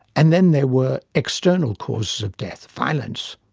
and then there were external causes of death, violence.